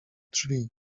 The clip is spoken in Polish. drzwi